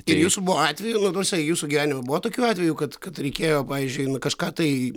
ir jūsų buvo atvejų na ta prasme jūsų gyvenime buvo tokių atvejų kad kad reikėjo pavyzdžiui na kažką tai